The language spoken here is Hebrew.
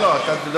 לא, לא, אתה תדבר.